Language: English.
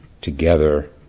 together